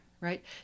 Right